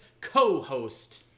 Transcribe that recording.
co-host